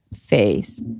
face